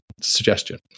suggestion